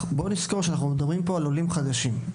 בואו נזכור שאנחנו מדברים פה על עולים חדשים.